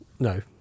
No